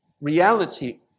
reality